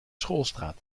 schoolstraat